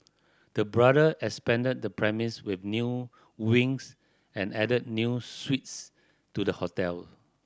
the brother expanded the premise with new wings and added new suites to the hotel